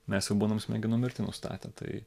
mes jau būnam smegenų mirtį nustatę tai